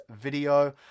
video